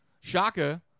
shaka